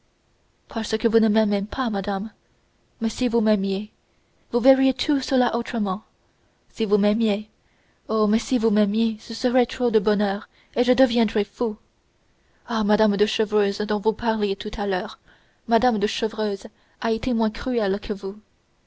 parce que vous ne m'aimez pas madame si vous m'aimiez vous verriez tout cela autrement si vous m'aimiez oh mais si vous m'aimiez ce serait trop de bonheur et je deviendrais fou ah mme de chevreuse dont vous parliez tout à l'heure mme de chevreuse a été moins cruelle que vous